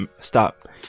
stop